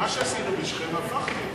הפכתם